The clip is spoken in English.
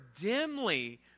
dimly